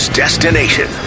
destination